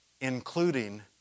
including